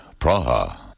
Praha